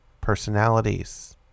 personalities